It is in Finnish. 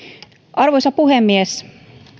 arvoisa puhemies